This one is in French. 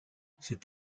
cet